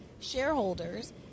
shareholders